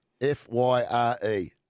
F-Y-R-E